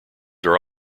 are